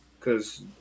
cause